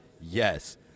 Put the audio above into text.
Yes